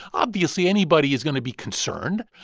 obviously, anybody is going to be concerned.